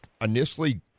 initially